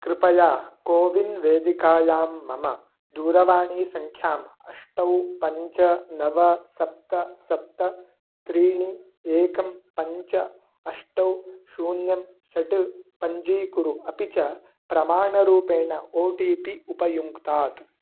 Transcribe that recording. कृपया कोविन् वेदिकायां मम दूरवाणीसङ्ख्याम् अष्ट पञ्च नव सप्त सप्त त्रीणि एकं पञ्च अष्ट शून्यं षट् पञ्जीकुरु अपि च प्रमाणरूपेण ओ टि पि उपयुङ्क्तात्